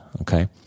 Okay